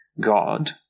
God